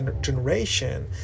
generation